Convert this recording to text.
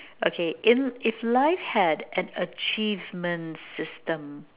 okay in if life had an achievement system